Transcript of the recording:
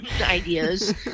ideas